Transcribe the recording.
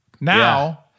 Now